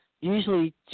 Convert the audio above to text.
Usually